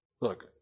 Look